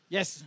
Yes